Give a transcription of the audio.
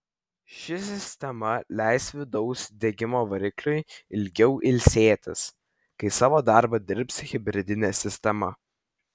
ši sistema leis vidaus degimo varikliui ilgiau ilsėtis kai savo darbą dirbs hibridinė sistema